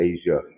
Asia